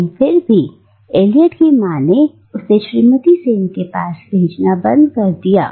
लेकिन फिर भी एलियट की मां ने उसे श्रीमती सेन के पास भेजना बंद कर दिया